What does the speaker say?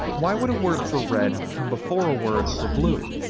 why would a word for red come before a word for blue?